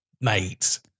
Mate